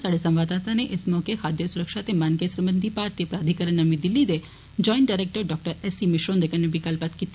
स्हाडे संवाददाता नै इस मौके खाद्य सुरक्षा ते मानकें सरबंधी भारती प्राधिकरण नमीं दिल्ली दे joint director doctor A C Mishra हुंदे कन्नै बी गल्लबात कीती